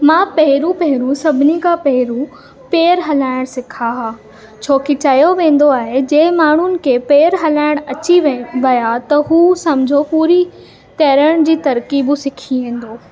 मां पहिरियों पहिरियों सभिनी खां पहिरियों पेर हलाइण सिखा हुआ छोकी चयो वेंदो आहे जंहिं माण्हुनि खे पेर हलाइण अची वे विया त उहे सम्झो पूरी तरण जी तरक़ीबू सिखी वेंदो